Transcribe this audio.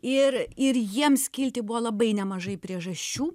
ir ir jiems kilti buvo labai nemažai priežasčių